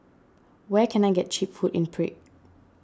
where can I get Cheap Food in Prague